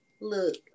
look